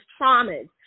traumas